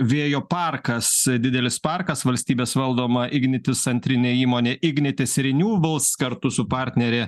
vėjo parkas didelis parkas valstybės valdoma ignitis antrinė įmonė ignitis renewables kartu su partnere